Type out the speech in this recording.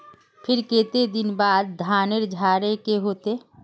फिर केते दिन बाद धानेर झाड़े के होते?